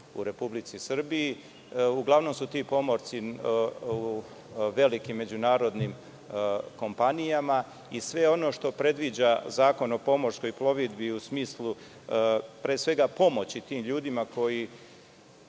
u Republici Srbiji. Uglavnom su ti pomorci u velikim međunarodnim kompanijama i sve ono što predviđa Zakon o pomorskoj plovidbi, u smislu pre svega pomoći tim ljudima koji